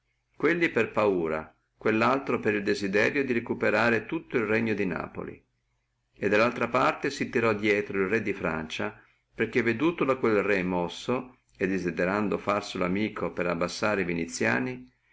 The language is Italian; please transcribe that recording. quelli per paura e quellaltro per il desiderio aveva di recuperare tutto el regno di napoli e dallaltro canto si tirò drieto el re di francia perché vedutolo quel re mosso e desiderando farselo amico per abbassare viniziani